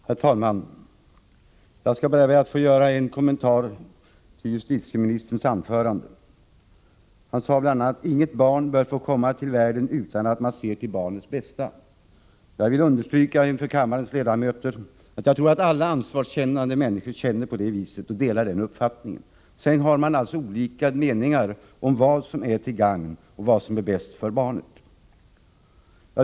Herr talman! Jag skall börja med att göra en kommentar till justitieministerns anförande. Han sade bl.a. att inget barn bör få komma till världen utan att man ser till barnets bästa. Jag vill understryka inför kammarens ledamöter att jag tror att alla ansvarskännande människor känner på det viset och delar den uppfattningen. Däremot har man olika meningar om vad som är till gagn och vad som är bäst för barnet.